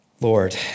Lord